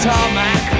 Tarmac